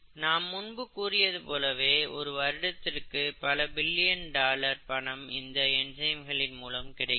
நான் முன்பு கூறியது போலவே ஒரு வருடத்திற்கு பல பில்லியன் டாலர் பணம் இந்த என்சைம்களின் மூலம் கிடைக்கிறது